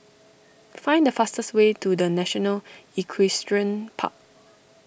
find the fastest way to the National Equestrian Park